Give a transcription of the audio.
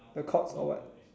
the chords or what